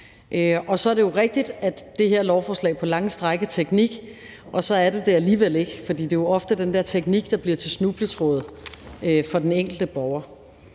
Så er det rigtigt, at det her lovforslag på lange stræk er teknik, og så er det det alligevel ikke. For det er jo ofte den der teknik, der bliver til snubletråde for den enkelte borger.